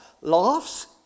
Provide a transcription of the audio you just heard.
laughs